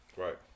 Right